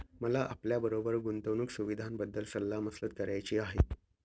मला आपल्याबरोबर गुंतवणुक सुविधांबद्दल सल्ला मसलत करायची आहे